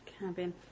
cabin